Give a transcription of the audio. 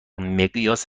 مقیاس